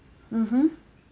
mmhmm